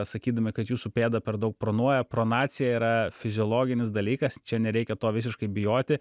sakydami kad jūsų pėda per daug pronuoja pronacija yra fiziologinis dalykas čia nereikia to visiškai bijoti